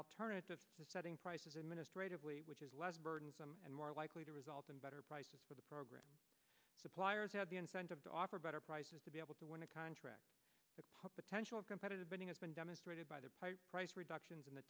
alternative to setting prices administratively which is less burdensome and more likely to result in better prices for the program suppliers have the incentive to offer better prices to be able to win a contract with potential competitive bidding has been demonstrated by the price reductions in the